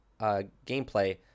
gameplay